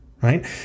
right